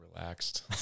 relaxed